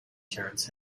terence